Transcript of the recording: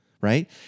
right